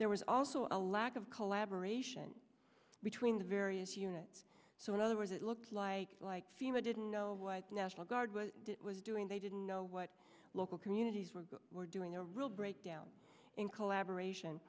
there was also a lack of collaboration between the various units so in other words it looks like like fema didn't know what national guard was doing they didn't know what local communities were were doing a real breakdown in collaboration